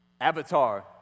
Avatar